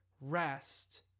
rest